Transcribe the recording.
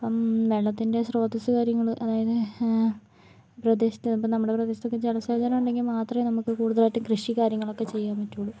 ഇപ്പോൾ വെള്ളത്തിൻ്റെ ശ്രോതസ്സ് കാര്യങ്ങൾ അതായത് പ്രദേശത്ത് ഇപ്പോൾ നമ്മുടെ പ്രദേശത്തൊക്കെ ജലസേചനം ഉണ്ടെങ്കിൽ മാത്രമേ നമുക്ക് കൂടുതലായിട്ടും കൃഷി കാര്യങ്ങളൊക്കെ ചെയ്യാൻ പറ്റുള്ളൂ